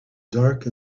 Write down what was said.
dark